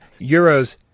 euros